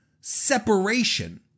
separation